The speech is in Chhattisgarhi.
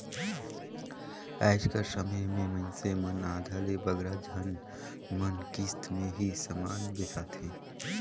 आएज कर समे में मइनसे मन आधा ले बगरा झन मन किस्त में ही समान बेसाथें